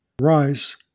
rise